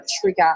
trigger